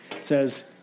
Says